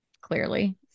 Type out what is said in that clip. clearly